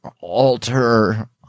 alter